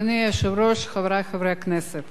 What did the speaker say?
אדוני היושב-ראש, חברי חברי הכנסת,